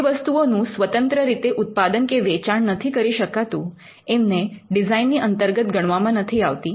જે વસ્તુઓ નું સ્વતંત્ર રીતે ઉત્પાદન કે વેચાણ નથી કરી શકાતું એમને ડિઝાઇન ની અંતર્ગત ગણવામાં નથી આવતી